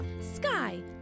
Sky